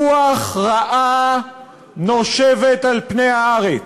רוח רעה נושבת על פני הארץ,